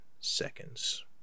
seconds